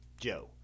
Joe